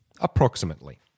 approximately